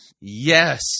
Yes